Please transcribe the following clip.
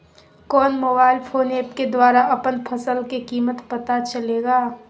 कौन mobile phone app के द्वारा अपन फसल के कीमत पता चलेगा?